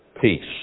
peace